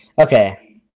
Okay